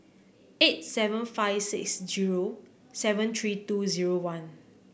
eight seven five six zero seven three two zero one